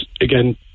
again